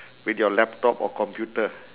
with your laptop or computer